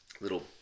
little